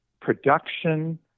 production